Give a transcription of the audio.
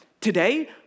today